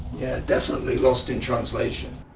yeah, definitely lost in translation.